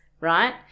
right